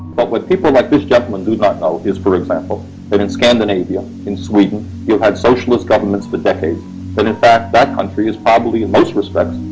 but what people like this gentleman do not know is for example, that in scandinavia in sweden, you have socialist governments for decades and in fact that country is probably in most respects,